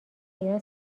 ایران